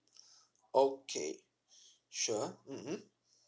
okay sure mmhmm